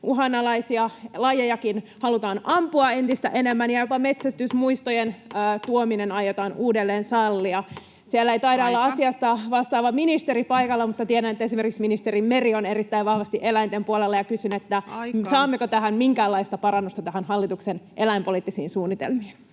Uhanalaisia lajejakin halutaan ampua entistä enemmän, ja jopa metsästysmuistojen tuominen aiotaan uudelleen sallia. [Puhemies: Aika!] Siellä ei taida olla asiasta vastaava ministeri paikalla, mutta tiedän, että esimerkiksi ministeri Meri on erittäin vahvasti eläinten puolella, ja kysyn: [Puhemies: Aika!] saammeko minkäänlaista parannusta näihin hallituksen eläinpoliittisiin suunnitelmiin?